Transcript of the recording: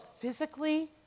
physically